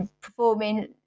performing